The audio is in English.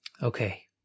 Okay